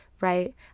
right